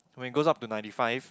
when it goes up to ninety five